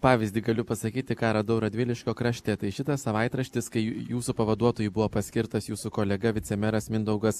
pavyzdį galiu pasakyti ką radau radviliškio krašte tai šitas savaitraštis kai jūsų pavaduotojui buvo paskirtas jūsų kolega vicemeras mindaugas